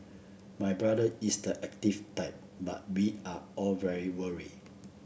my brother is the active type but we are all very worried